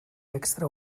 extra